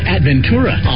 Adventura